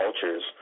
cultures